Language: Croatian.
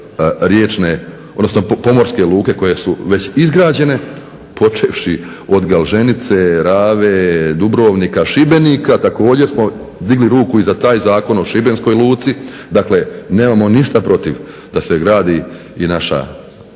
riječne, odnosno pomorske luke koje su već izgrađene, počevši od Galženice, Rave, Dubrovnika, Šibenika, također smo digli ruku i za taj zakon o šibenskoj luci, dakle nemamo ništa protiv da se gradi i naša Dalmacija,